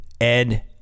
Ed